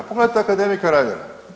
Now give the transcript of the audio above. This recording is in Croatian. Pogledajte akademika Reinera.